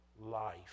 life